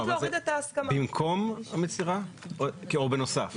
במקום המסירה או בנוסף?